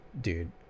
Dude